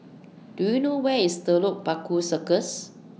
Do YOU know Where IS Telok Paku Circus